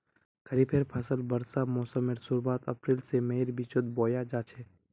खरिफेर फसल वर्षा मोसमेर शुरुआत अप्रैल से मईर बिचोत बोया जाछे